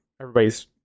everybody's